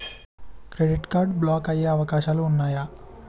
Credit card block అయ్యే అవకాశాలు ఉన్నయా?